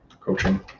coaching